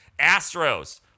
Astros